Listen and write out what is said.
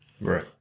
Right